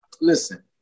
listen